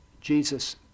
Jesus